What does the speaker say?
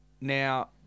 Now